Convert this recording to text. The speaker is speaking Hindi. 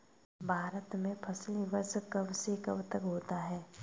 भारत में फसली वर्ष कब से कब तक होता है?